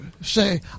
say